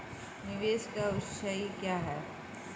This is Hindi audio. निवेश का उद्देश्य क्या है?